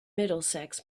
middlesex